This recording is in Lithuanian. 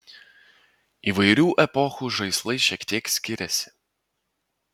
įvairių epochų žaislai šiek tiek skiriasi